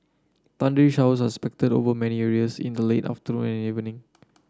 thundery showers are expected over many areas in the late afternoon and evening